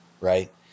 right